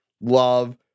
love